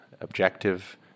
objective